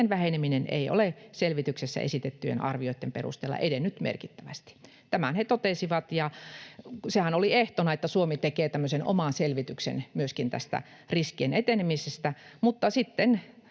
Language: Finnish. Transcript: väheneminen ei ole selvityksessä esitettyjen arvioiden perusteella edennyt merkittävästi. Tämän he totesivat, ja sehän oli ehtona, että Suomi tekee oman selvityksen myöskin tästä riskien etenemisestä, mutta sitten